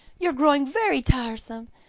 you are growing very tiresome,